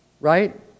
Right